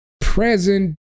present